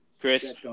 Chris